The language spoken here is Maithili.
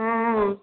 हँ